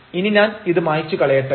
ഇനി ഞാൻ ഇത് മായിച്ചു കളയട്ടെ